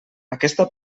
aquesta